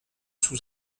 sous